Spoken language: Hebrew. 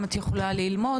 אם את יכולה ללמוד,